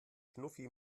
schnuffi